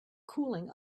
cooling